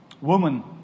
Woman